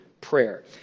prayer